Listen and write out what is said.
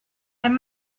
and